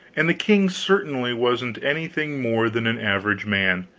and the king certainly wasn't anything more than an average man,